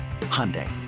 Hyundai